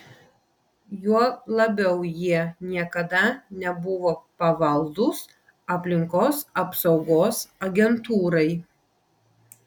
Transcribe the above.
juo labiau jie niekada nebuvo pavaldūs aplinkos apsaugos agentūrai